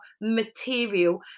material